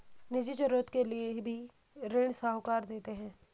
निजी जरूरत के लिए भी ऋण साहूकार देते हैं